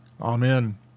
Amen